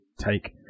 take